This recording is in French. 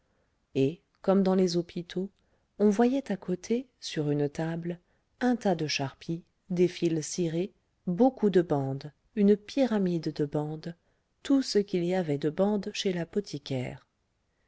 et comme dans les hôpitaux on voyait à côté sur une table un tas de charpie des fils cirés beaucoup de bandes une pyramide de bandes tout ce qu'il y avait de bandes chez l'apothicaire